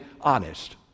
honest